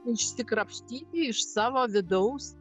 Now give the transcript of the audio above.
išsikrapštyti iš savo vidaus